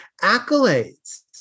accolades